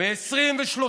לעם ישראל יש תקווה.